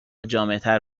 جامعتر